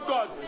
God